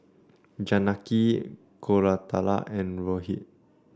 Janaki Koratala and Rohit